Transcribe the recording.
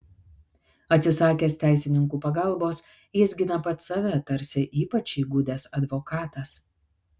atsisakęs teisininkų pagalbos jis gina pats save tarsi ypač įgudęs advokatas